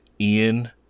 Ian